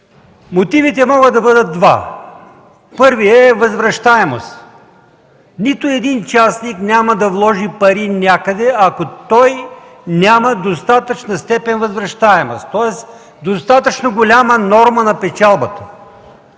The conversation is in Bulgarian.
Мотивите могат да бъдат два: първият е възвращаемост. Нито един частник няма да вложи пари някъде, ако той няма в достатъчна степен възвращаемост, тоест достатъчно голяма норма на печалба.